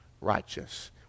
righteous